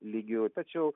lygiu tačiau